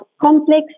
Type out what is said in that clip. complex